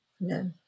No